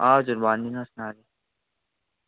हजुर भनिदिनु होस् न